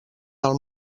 del